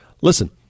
listen